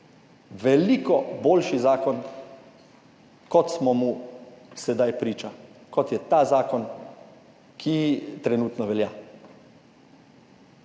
veliko boljši zakon, kot smo mu sedaj priča, kot je ta zakon, ki trenutno velja.